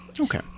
Okay